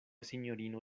sinjorino